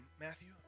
Matthew